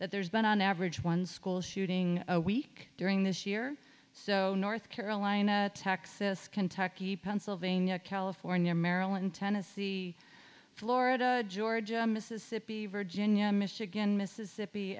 that there's been on average one school shooting a week during this year so north carolina texas kentucky pennsylvania california maryland tennessee florida georgia mississippi virginia michigan mississippi